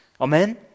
Amen